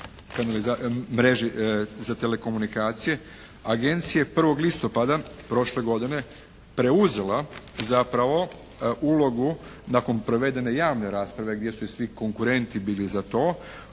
mreži za telekomunikacije agencija je 1. listopada prošle godine preuzela zapravo ulogu nakon provedene javne rasprave gdje su i svi konkurentni bili za to,